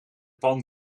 pan